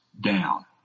down